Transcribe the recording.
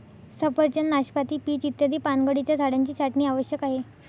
सफरचंद, नाशपाती, पीच इत्यादी पानगळीच्या झाडांची छाटणी आवश्यक आहे